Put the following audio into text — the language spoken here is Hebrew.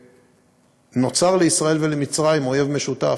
נוצר לישראל ולמצרים אויב משותף.